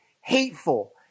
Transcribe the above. hateful